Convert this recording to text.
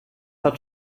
hat